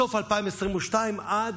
סוף 2022 עד,